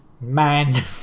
man